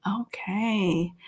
Okay